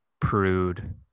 prude